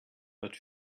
but